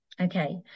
okay